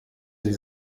sie